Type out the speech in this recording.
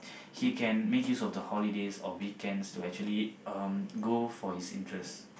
he can make use of the holidays or weekends to actually um go for his interest